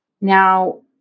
Now